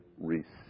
receive